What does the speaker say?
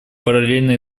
параллельные